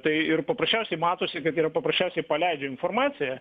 tai ir paprasčiausiai matosi kad yra paprasčiausiai paleidžia informaciją